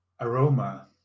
aroma